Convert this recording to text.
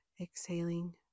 exhaling